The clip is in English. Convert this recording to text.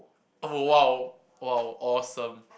oh !wow! !wow! awesome